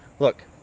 look.